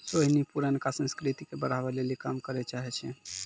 सोहिनी पुरानका संस्कृति के बढ़ाबै लेली काम करै चाहै छै